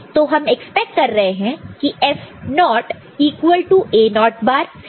तो हम एक्सपेक्ट कर रहे की F0 equal to A0 bar